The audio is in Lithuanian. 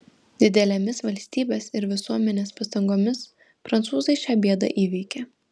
didelėmis valstybės ir visuomenės pastangomis prancūzai šią bėdą įveikė